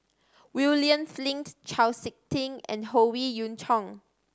William Flint Chau Sik Ting and Howe Yoon Chong